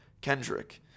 Kendrick